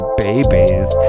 babies